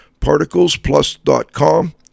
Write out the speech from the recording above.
ParticlesPlus.com